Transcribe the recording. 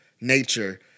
nature